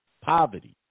poverty